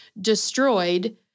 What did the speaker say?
destroyed